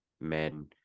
men